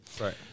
Right